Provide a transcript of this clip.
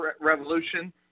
Revolution